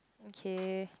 okay